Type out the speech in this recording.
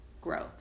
growth